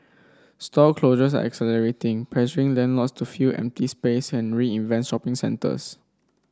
store closures are accelerating pressuring then lords to fill empty space and reinvent shopping centres